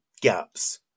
gaps